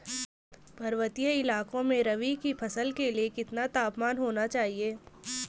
पर्वतीय इलाकों में रबी की फसल के लिए कितना तापमान होना चाहिए?